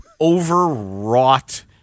overwrought